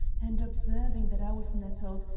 and observing that i was nettled,